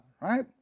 right